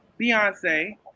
Beyonce